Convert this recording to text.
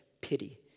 pity